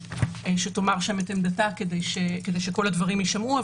שתאמר שם את עמדתה כדי שכל הדברים יישמעו.